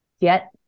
get